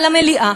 על המליאה,